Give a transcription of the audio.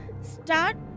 start